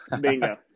Bingo